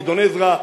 גדעון עזרא,